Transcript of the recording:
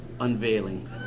Unveiling